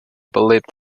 believed